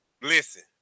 Listen